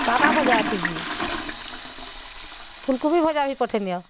କାଁ କାଁ ଭଜା ଅଛେ ଯେ ଫୁଲକୋବି ଭଜା ବି ପଠେଇନିଅ